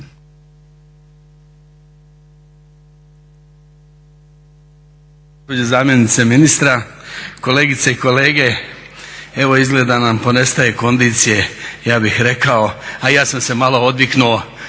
zamjenice ministra, kolegice i kolege. Evo izgleda nam ponestaje kondicije ja bih rekao, a i ja sam se malo odviknuo